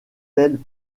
elle